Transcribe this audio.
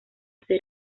ser